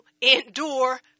endure